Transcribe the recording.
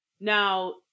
Now